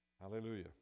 Hallelujah